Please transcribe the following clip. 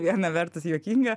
viena vertus juokinga